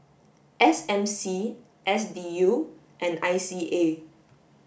S M C S D U and I C A